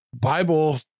Bible